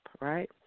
right